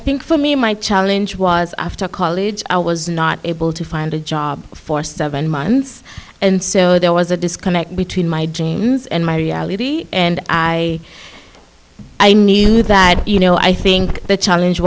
think for me my challenge was after college i was not able to find a job for seven months and so there was a disconnect between my dreams and my reality and i i knew that you know i think the challenge